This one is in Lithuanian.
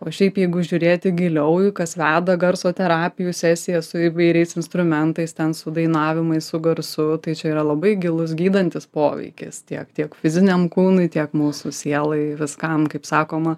o šiaip jeigu žiūrėti giliau jau kas veda garso terapijų sesiją su įvairiais instrumentais ten su dainavimais su garsu tai čia yra labai gilus gydantis poveikis tiek tiek fiziniam kūnui tiek mūsų sielai viskam kaip sakoma